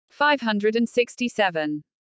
567